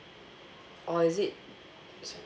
or is it so